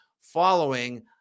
following